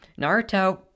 Naruto